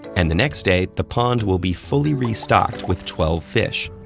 and the next day, the pond will be fully restocked with twelve fish.